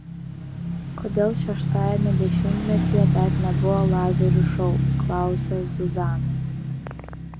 kodėl šeštajame dešimtmetyje dar nebuvo lazerių šou klausia zuzana